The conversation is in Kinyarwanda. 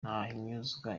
ntahinyuzwa